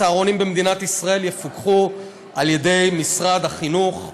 הצהרונים במדינת ישראל יהיו בפיקוח משרד החינוך,